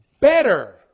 better